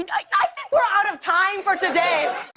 and i think we're out of time for today.